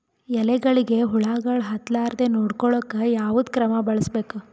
ಎಲೆಗಳಿಗ ಹುಳಾಗಳು ಹತಲಾರದೆ ನೊಡಕೊಳುಕ ಯಾವದ ಕ್ರಮ ಬಳಸಬೇಕು?